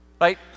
right